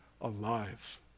alive